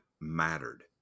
mattered